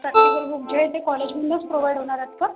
practical book जी आहे ती कॉलेजमधनंच प्रोव्हाइड होणार आहेत का